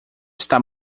está